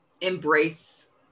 embrace